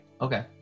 Okay